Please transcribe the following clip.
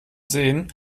sehen